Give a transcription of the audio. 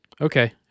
Okay